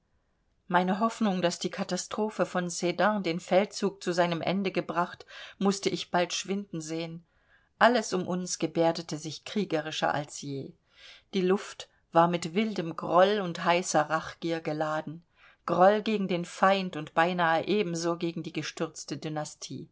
meine hoffnung daß die katastrophe von sedan den feldzug zu seinem ende gebracht mußte ich bald schwinden sehen alles um uns geberdete sich kriegerischer als je die luft war mit wildem groll und heißer rachgier geladen groll gegen den feind und beinahe ebenso gegen die gestürzte